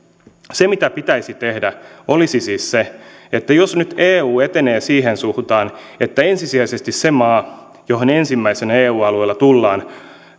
se mitä pitäisi tehdä olisi siis se että jos nyt eu etenee siihen suuntaan että ensisijaisesti se maa johon ensimmäisenä eu alueella tullaan